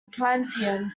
plantation